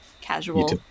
casual